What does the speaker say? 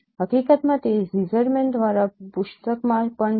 હકીકતમાં તે ઝિઝરમેન દ્વારા પુસ્તક માં પણ છે